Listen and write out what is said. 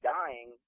dying